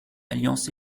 alliance